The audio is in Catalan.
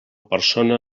persona